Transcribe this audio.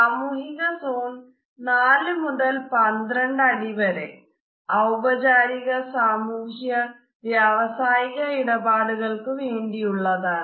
സാമൂഹിക സോൺ ഔപചാരിക സാമൂഹ്യ വ്യവസായിക ഇടപാടുകൾക്ക് വേണ്ടിയുള്ളതാണ്